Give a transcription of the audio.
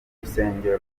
rusengero